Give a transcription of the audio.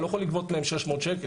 אני לא יכול לגבות להם 600 שקל.